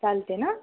चालते ना